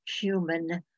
human